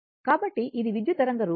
కాబట్టి ఇది విద్యుత్ తరంగ రూపం